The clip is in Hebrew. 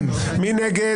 מי נגד?